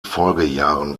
folgejahren